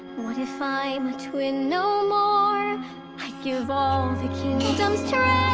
what if i'm a twin no more? i'd give all the kingdom's